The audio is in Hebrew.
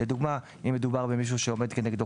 לדוגמה: אם מדובר במישהו שעומדים כנגדו